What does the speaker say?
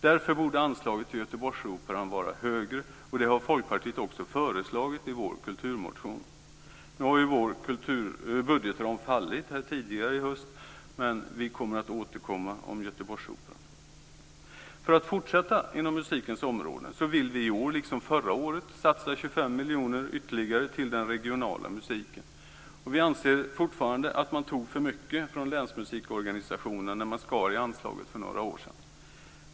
Därför borde anslaget till Göteborgsoperan vara högre, och det har vi i Folkpartiet föreslagit i vår kulturmotion. Nu har vår budgetram fallit tidigare i höst, men vi kommer att återkomma om Göteborgsoperan. Jag fortsätter inom musikens område. Vi vill i år, liksom förra året, satsa ytterligare 25 miljoner kronor till den regionala musiken. Vi anser fortfarande att man tog för mycket från länsmusikorganisationen när man skar i anslaget för några år sedan.